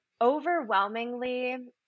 overwhelmingly